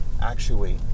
actuate